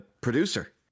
producer